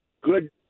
good